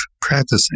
practicing